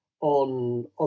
on